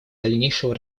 дальнейшего